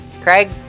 Craig